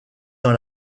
dans